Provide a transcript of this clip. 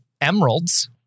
emeralds